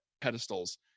pedestals